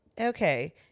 okay